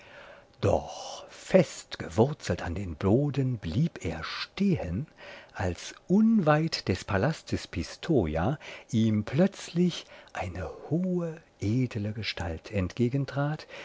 doch festgewurzelt an den boden blieb er stehen als unweit des palastes pistoja ihm plötzlich eine hohe edle gestalt